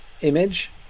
image